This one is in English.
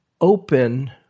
open